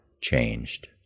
changed